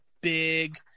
big